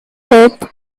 hope